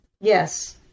Yes